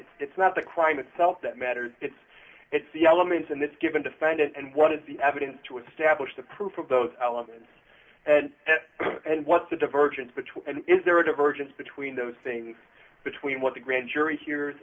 d it's not the crime itself that matters it's it's the elements in this given defendant and what is the evidence to establish the proof of those elements and what's the divergence between and is there a divergence between those things between what the grand jury hear